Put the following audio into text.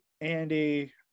Andy